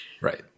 Right